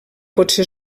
potser